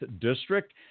District